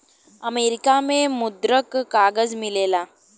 America में मुद्रक कागज मिलेला